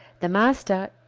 the master,